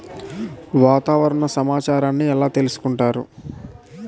వాతావరణ సమాచారాన్ని ఎలా తెలుసుకుంటారు?